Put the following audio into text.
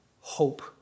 hope